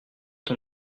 ton